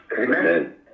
Amen